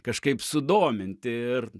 kažkaip sudominti ir